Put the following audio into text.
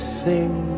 sing